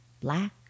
black